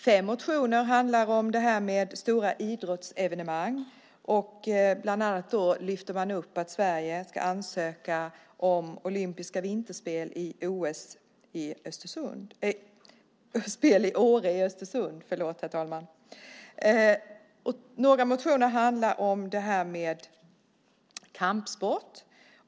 Fem motioner handlar om stora idrottsevenemang, bland annat lyfter man upp att Sverige ska ansöka om olympiska vinterspel i Åre och Östersund. Några motioner handlar om kampsport.